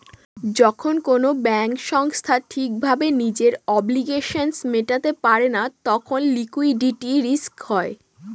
যখন কোনো ব্যাঙ্ক সংস্থা ঠিক ভাবে নিজের অব্লিগেশনস মেটাতে পারে না তখন লিকুইডিটি রিস্ক হয়